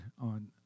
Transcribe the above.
on